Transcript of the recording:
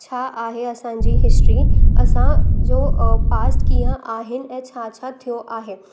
छा आहे असांजी हिस्ट्री असां जो पास्ट कीअं आहिनि ऐं छा छा थियो आहे